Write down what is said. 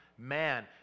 Man